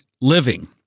living